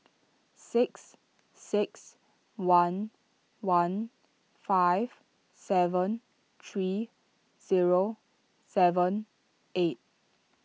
six six one one five seven three zero seven eight